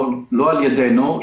לא על ידינו,